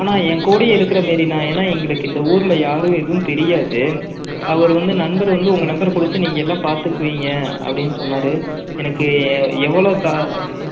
அண்ணா எங்ககூடையே இருக்கிற மாரிண்ணா ஏன்னா எங்களுக்கு இந்த ஊரில் யாரும் எதுவும் தெரியாது அவர் வந்து நண்பர் வந்து உங்கள் நம்பர் கொடுத்து நீங்கள் எல்லாம் பார்த்துக்குவீங்க அப்படின்னு சொன்னார் எனக்கு எவ்வளோ கா